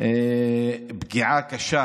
פגיעה קשה